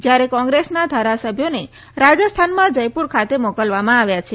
જ્યારે કોંગ્રેસના ધારાસભ્યોને રાજસ્થાનમાં જયપુર ખાતે મોકલવામાં આવ્યા છે